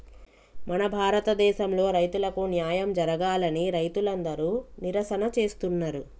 మన భారతదేసంలో రైతులకు న్యాయం జరగాలని రైతులందరు నిరసన చేస్తున్నరు